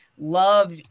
love